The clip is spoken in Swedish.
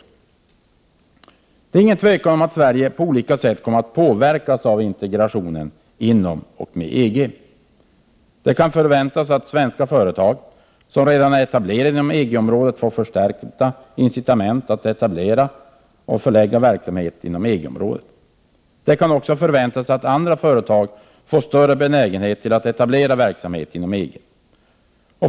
Det råder inget tvivel om att Sverige på olika sätt kommer att påverkas av integrationen inom och med EG. Det kan förväntas att svenska företag, som redan är etablerade inom EG-området, får förstärkta incitament att etablera och förlägga verksamhet inom EG-området. Det kan också förväntas att andra företag får större benägenhet att etablera verksamhet inom EG.